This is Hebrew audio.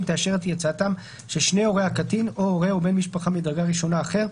תאשר את יציאתם של שני הורי הקטין או הורה ובן משפחה מדרגה ראשונה אחר,